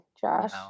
josh